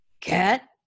Cat